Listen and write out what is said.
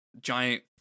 giant